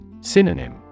Synonym